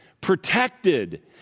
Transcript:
protected